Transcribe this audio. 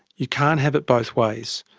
you can't have it both ways.